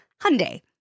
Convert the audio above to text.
Hyundai